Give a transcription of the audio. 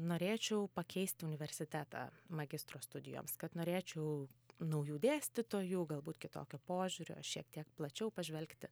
norėčiau pakeisti universitetą magistro studijoms kad norėčiau naujų dėstytojų galbūt kitokio požiūrio šiek tiek plačiau pažvelgti